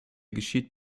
geschieht